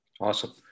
Awesome